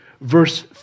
Verse